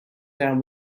down